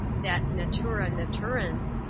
that natura naturans,